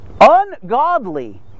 ungodly